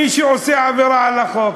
מי שעושה עבירה על החוק,